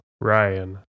Ryan